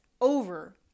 over